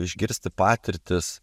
išgirsti patirtis